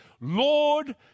Lord